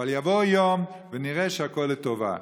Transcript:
אבל יבוא יום ונראה שהכול לטובה.